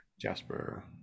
Jasper